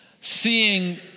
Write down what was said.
Seeing